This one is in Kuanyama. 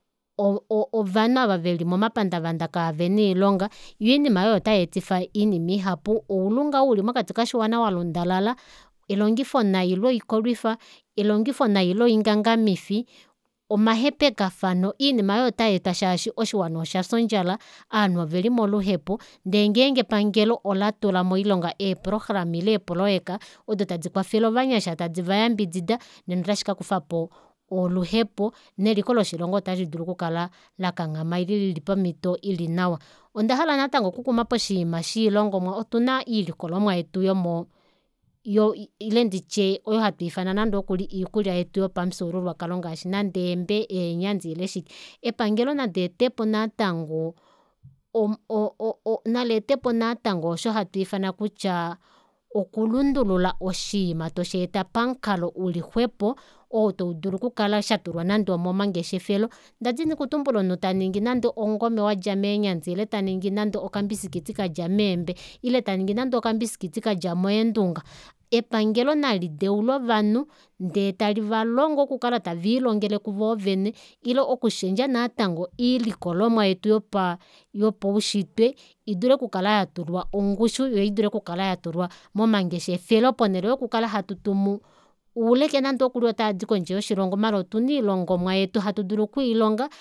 O- o ovanhu aava veli momapandavanda kavena oilonga yoo oinima aayo oyo tayeetififa oinima ihapu oulunga ou uli mokati koshiwana walundalala elongifo nai loikolwifa elongifo nai longangamwifi omahepakafano oinima aayo ota yeetwa shaashi oshiwana oshafya ondjala ovanhu oveli moluhepo ndee ngenge epangelo olatula moilonga eeprograma ile eeployeka odo tadi kwafele ovanyasha tadi vayambidida nena ota shikakufapo oluhepo neliko loshilongo ota lidulu oku kala lakanghama ile lili pomito ilinawa ondahala natango okukuma poshinima shoilongomwa otuna iilikolomwa yetu yomo ile nditye oyo hatuufana iikulya yetu yopamufyuululwakalo ngaashi nande eembe eenyandi ile shike epangelo naleetepo natango o- o- naletepo natango osho hatuufana kutya okulundulula oshiima tosheeta pamukalo uli xwepo oo taudulu oku kala shatulwa nande omomangeshefelo ndadini okutumbula omunhu otaningi nande omungome wadja meenyandi ile taningi nande okambisikiti kadja meembe ile taningi nande okambishikiti kadja meendunga epangelo nali deule ovanhu ndee tali valongo oku kala taviilongele kuvoo vene ile okushendja natango oilikolomwa yetu yopa ushitwe idule oku kala natango yatulwa ongushu yoo idule okukala yatulwa momangeshefelo ponele yoku kala hatutumu ouleke nande okuli otaadi kondje yoshilongo maala otuna oilongomwa yetu hatu dulu okwiilonga.